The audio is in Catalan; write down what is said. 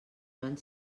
joan